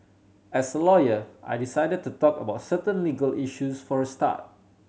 as a lawyer I decided to talk about certain legal issues for a start